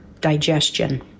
digestion